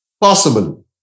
possible